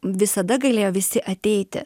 visada galėjo visi ateiti